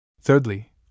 Thirdly